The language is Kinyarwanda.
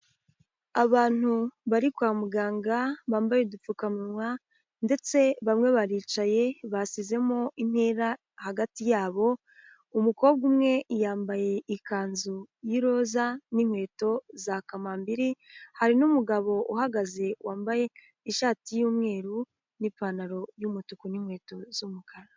Abantu bari kwa muganga, bambaye udupfukamunwa ndetse bamwe baricaye basizemo intera hagati yabo, umukobwa umwe yambaye ikanzu y'iroza n'inkweto za kamambiri, hari n'umugabo uhagaze wambaye ishati y'umweru n'ipantaro y'umutuku n'inkweto z'umukara.